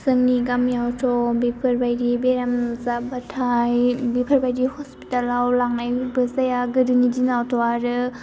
जोंनि गामियावथ' बेफोरबायदि बेराम जाबाथाय बेफोरबादि हस्पिटालाव लांनायबो जाया गोदोनि दिनावथ' आरो